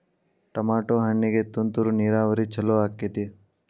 Tomato ಹಣ್ಣಿಗೆ ತುಂತುರು ನೇರಾವರಿ ಛಲೋ ಆಕ್ಕೆತಿ?